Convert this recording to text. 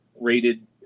rated